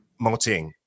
Moting